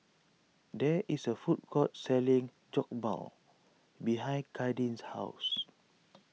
there is a food court selling Jokbal behind Kadin's house